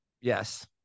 yes